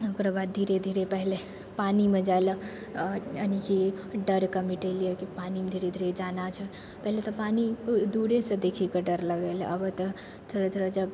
ओकरबाद धीरे धीरे पहिले पानिमे जाइ लए यानि कि डरके मिटेलियै कि पानिमे धीरे धीरे जाना छै पहिले तऽ पानि दूरेसँ देखिके डर लगय रहय आब तऽ थोड़ा थोड़ा